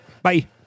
Bye